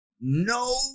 no